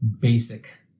basic